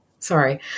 Sorry